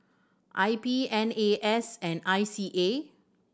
I P N A S and I C A